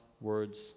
words